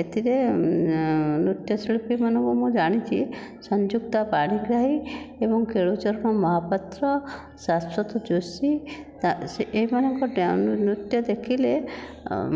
ଏଥିରେ ନୃତ୍ୟଶିଳ୍ପୀ ମାନଙ୍କୁ ମୁଁ ଜାଣିଚି ସଂଯୁକ୍ତା ପାଣିଗ୍ରାହୀ ଏବଂ କେଳୁ ଚରଣ ମହାପାତ୍ର ଶାଶ୍ୱତ ଯୋଶୀ ଏମାନଙ୍କ ନୃତ୍ୟ ଦେଖିଲେ